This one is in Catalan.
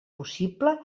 possible